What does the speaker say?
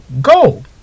go